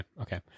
okay